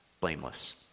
Blameless